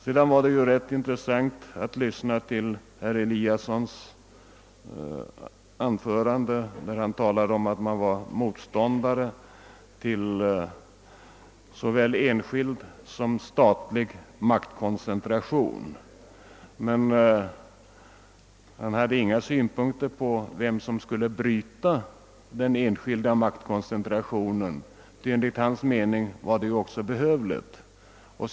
Det var rätt intressant att höra herr Eliassons uttalande att han var motståndare till såväl enskild som statlig maktkoncentration. Men han hade inga synpunkter på vem som skall bryta den enskilda maktkoncentrationen, som det enligt hans mening är nödvändigt att bryta.